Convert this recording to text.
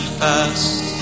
fast